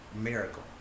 miracle